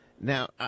Now